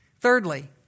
Thirdly